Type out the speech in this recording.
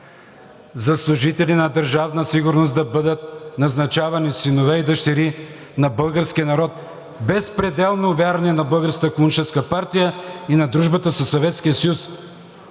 „За служители на Държавна сигурност да бъдат назначавани синове и дъщери на българския народ, безпределно верни на Българската